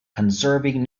conserving